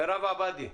מרב עבאדי,